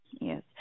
Yes